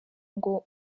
ngo